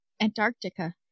Antarctica